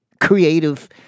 creative